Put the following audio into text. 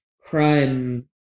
crime